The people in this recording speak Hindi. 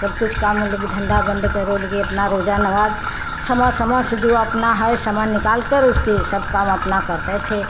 सब कुछ काम वो लोग धंधा बंद कर ओल के अपना रोजा नमाज़ समा समा से जो अपना है समय निकालकर उसके सब काम अपना करते थे